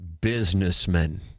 businessmen